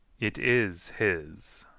it is his.